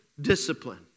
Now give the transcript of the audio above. discipline